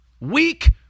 Weak